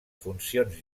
funcions